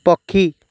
ପକ୍ଷୀ